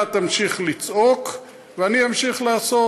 אתה תמשיך לצעוק ואני אמשיך לעשות,